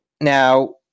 Now